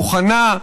מוכנה,